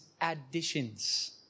additions